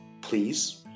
please